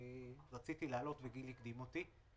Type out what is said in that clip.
שרציתי להעלות וגיל הקדים אותי,